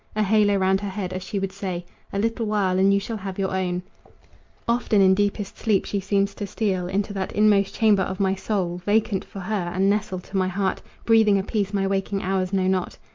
a halo round her head, as she would say a little while, and you shall have your own often in deepest sleep she seems to steal into that inmost chamber of my soul vacant for her, and nestle to my heart, breathing a peace my waking hours know not.